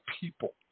people